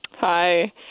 Hi